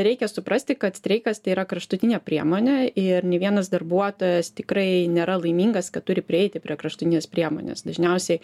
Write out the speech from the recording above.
reikia suprasti kad streikas tai yra kraštutinė priemonė ir nė vienas darbuotojas tikrai nėra laimingas kad turi prieiti prie kraštutinės priemonės dažniausiai